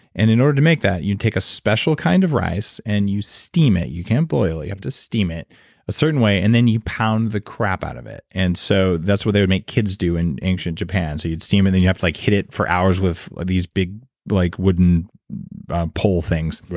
and in order to make that, you take a special kind of rice and you steam it. you can't boil it, you have to steam it a certain way and then you pound the crap out of it and so that's what they would make kids do in ancient japan. so you'd steam it then you have to like hit it for hours with these big like wooden pole things.